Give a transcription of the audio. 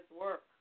work